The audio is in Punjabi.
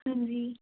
ਹਾਂਜੀ